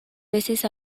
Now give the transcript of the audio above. veces